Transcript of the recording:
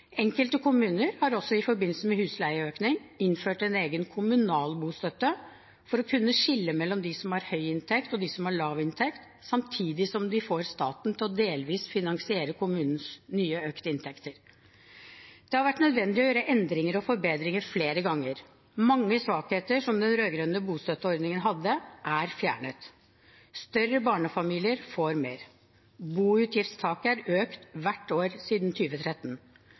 Enkelte kommuner har i forbindelse med husleieøkning også innført en egen kommunal bostøtte for å kunne skille mellom dem som har høy inntekt, og dem som har lav inntekt, samtidig som de får staten til å delvis finansiere kommunens nye økte inntekter. Det har vært nødvendig å gjøre endringer og forbedringer flere ganger. Mange svakheter som den rød-grønne bostøtteordningen hadde, er fjernet. Større barnefamilier får mer. Boutgiftstaket er økt hvert år siden